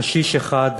קשיש אחד,